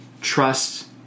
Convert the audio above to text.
trust